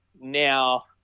now